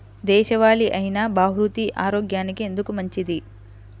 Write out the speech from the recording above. దేశవాలి అయినా బహ్రూతి ఆరోగ్యానికి ఎందుకు మంచిది?